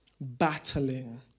battling